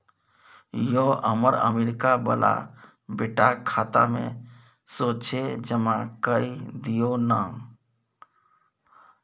यौ हमर अमरीका बला बेटाक खाता मे सोझे जमा कए दियौ न